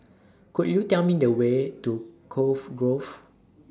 Could YOU Tell Me The Way to Cove Grove